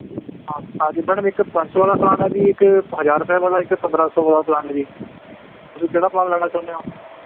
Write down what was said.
ਹਾਂ ਹਾਂਜੀ ਮੈਡਮ ਇੱਕ ਪੰਜ ਸੌ ਵਾਲਾ ਪਲਾਨ ਹੈ ਜੀ ਇੱਕ ਹਜ਼ਾਰ ਰੁਪਏ ਵਾਲਾ ਇੱਕ ਪੰਦਰਾਂ ਸੌ ਵਾਲਾ ਪਲਾਨ ਹੈ ਜੀ ਤੁਸੀਂ ਕਿਹੜਾ ਪਲਾਨ ਲੈਣਾ ਚਾਹੁੰਦੇ ਹੋ